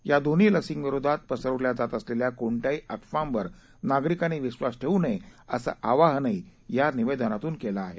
या दोन्ही लसींविरोधात पसरवल्या जात असलेल्या कोणत्याही अफवांवर नागरिकांनी विश्वास ठेवू नये असं आवाहनही या निवेदनातून केलं आहे